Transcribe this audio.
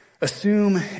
Assume